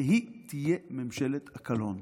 והיא תהיה ממשלת הקלון.